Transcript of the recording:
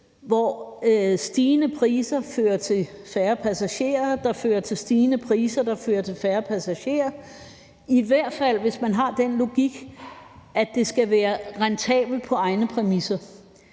hvor stigende priser fører til færre passagerer, hvilket fører til stigende priser, der så fører til færre passagerer, i hvert fald hvis man har den logik, at det skal være rentabelt på egne præmisser.